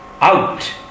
out